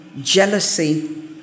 jealousy